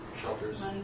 Shelters